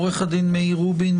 עורך הדין מאיר רובין,